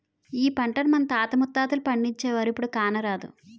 ఈ పంటను మన తాత ముత్తాతలు పండించేవారు, ఇప్పుడు కానరాదు